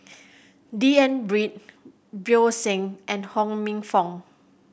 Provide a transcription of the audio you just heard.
D N Pritt Bjorn Shen and Ho Minfong